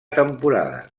temporada